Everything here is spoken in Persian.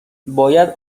باید